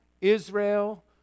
Israel